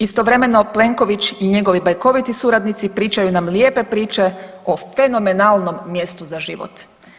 Istovremeno Plenković i njegovi bajkoviti suradnici pričaju nam lijepe priče o fenomenalnom mjestu za život.